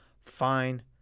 fine